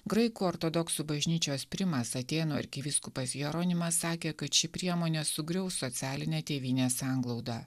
graikų ortodoksų bažnyčios primas atėnų arkivyskupas jeronimas sakė kad ši priemonė sugriaus socialinę tėvynės sanglaudą